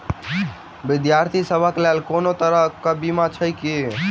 विद्यार्थी सभक लेल कोनो तरह कऽ बीमा छई की?